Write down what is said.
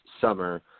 summer